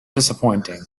disappointing